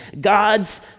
God's